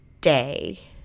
day